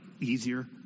easier